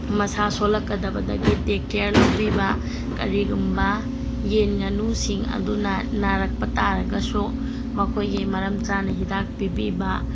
ꯃꯁꯥ ꯁꯣꯂꯛꯀꯗꯕꯗꯒꯤ take care ꯂꯧꯕꯤꯕ ꯀꯔꯤꯒꯨꯝꯕ ꯌꯦꯟ ꯉꯥꯅꯨꯁꯤꯡ ꯑꯗꯨꯅ ꯅꯥꯔꯛꯄ ꯇꯥꯔꯒꯁꯨ ꯃꯈꯣꯏꯒꯤ ꯃꯔꯝ ꯆꯥꯅ ꯍꯤꯗꯥꯛ ꯄꯤꯕꯤꯕ